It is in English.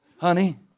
Honey